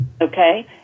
Okay